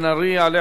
יעלה חבר הכנסת